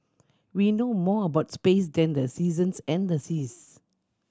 we know more about space than the seasons and the seas